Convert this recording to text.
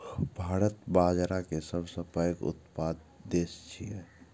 भारत बाजारा के सबसं पैघ उत्पादक देश छियै